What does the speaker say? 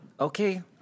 Okay